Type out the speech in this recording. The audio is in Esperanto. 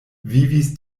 vivis